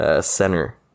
center